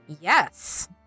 Yes